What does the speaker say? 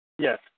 Yes